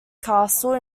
castle